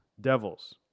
Devils